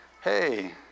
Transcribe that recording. hey